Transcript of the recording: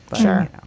sure